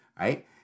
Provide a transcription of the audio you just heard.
right